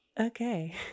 Okay